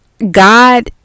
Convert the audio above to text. God